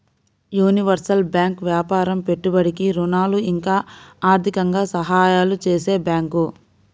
universal bank వ్యాపారం పెట్టుబడికి ఋణాలు ఇంకా ఆర్థికంగా సహాయాలు చేసే బ్యాంకు